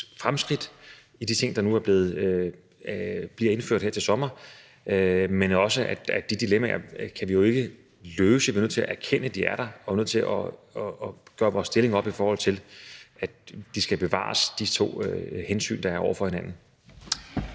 fremskridt i de ting, der nu bliver indført her til sommer, men også at vi ikke kan løse de dilemmaer. Vi bliver nødt til at erkende, at de er der, og at vi bliver nødt til at gøre vores stilling op, i forhold til at de to hensyn, der er, skal bevares over for hinanden.